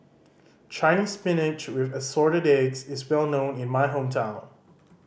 Chinese Spinach with Assorted Eggs is well known in my hometown